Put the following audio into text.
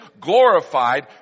glorified